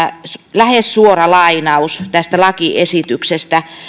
lähes suora lainaus tästä lakiesityksestä